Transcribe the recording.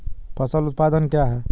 फसल उत्पादन क्या है?